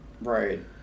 Right